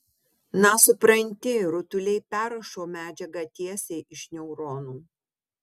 na supranti rutuliai perrašo medžiagą tiesiai iš neuronų